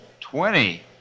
Twenty